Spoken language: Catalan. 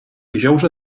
dijous